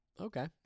Okay